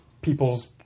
people's